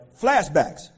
flashbacks